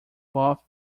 both